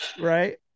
right